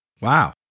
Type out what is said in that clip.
Wow